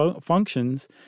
functions